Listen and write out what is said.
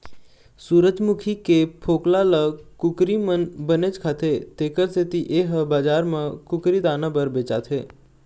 सूरजमूखी के फोकला ल कुकरी मन बनेच खाथे तेखर सेती ए ह बजार म कुकरी दाना बर बेचाथे